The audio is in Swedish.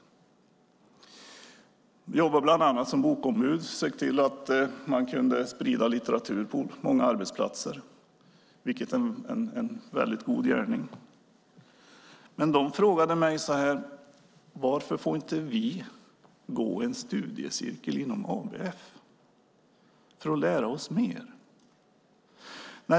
Bland annat jobbar man som bokombud, ser till att sprida litteratur på arbetsplatserna, vilket är en mycket god gärning. De frågade mig: Varför får vi inte gå i en studiecirkel inom ABF för att lära oss mer?